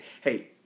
hey